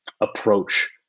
approach